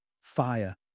fire